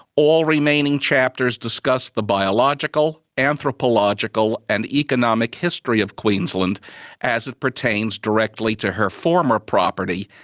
all remaining chapters discuss the biological, anthropological and economic history of queensland as it pertains directly to her former property,